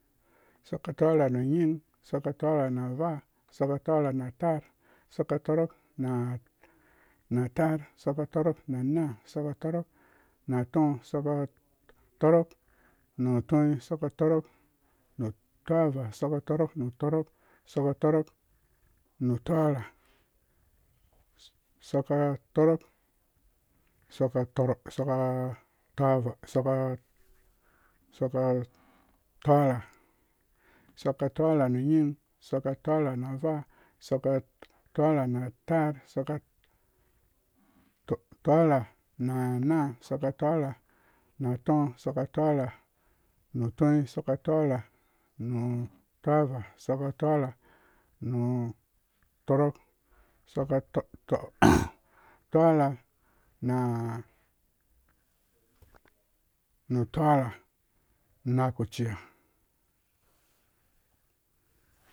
Soka tɔrha nu ning sɔka tɔ rha bu avaa scka tɔrha nu ataar sɔka tɔrhok nu nu ataar sɔka tɔrhok na anaa sɔka tɔrhok na atɔɔ sɔka tɔrhok na tɔi sɔka tɔrhok na tɔɔva sɔka tɔrhok nu tɔrhok sɔka tɔrhok nu tɔɔrha sɔka tɔrha sɔka tɔɔrha nu ning sɔka tɔɔrha na avaa sɔka tɔɔrhna na ataar sɔka tɔɔrha na anaa sɔka tɔɔrha na atɔɔ sɔka tɔɔrha na tɔɔi soka tɔɔrha nu tɔɔva sɔka tɔɔrha nu tɔrhok sɔka tɔɔrho nu tɔɔrha unak ku cia